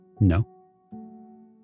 No